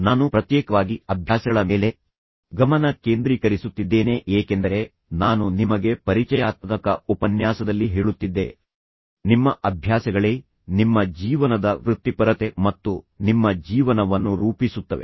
ನಾನು ಪ್ರತ್ಯೇಕವಾಗಿ ಅಭ್ಯಾಸಗಳ ಮೇಲೆ ಗಮನ ಕೇಂದ್ರೀಕರಿಸುತ್ತಿದ್ದೇನೆ ಏಕೆಂದರೆ ನಾನು ನಿಮಗೆ ಪರಿಚಯಾತ್ಮಕ ಉಪನ್ಯಾಸದಲ್ಲಿ ಹೇಳುತ್ತಿದ್ದೆ ನಿಮ್ಮ ಅಭ್ಯಾಸಗಳೇ ನಿಮ್ಮ ಜೀವನದ ವೃತ್ತಿಪರತೆ ಮತ್ತು ನಿಮ್ಮ ಜೀವನವನ್ನು ರೂಪಿಸುತ್ತವೆ